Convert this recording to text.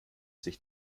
sich